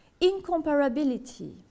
incomparability